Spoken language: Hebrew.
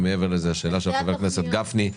ומעבר לזה השאלה של חבר הכנסת גפני.